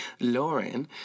Lauren